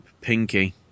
Pinky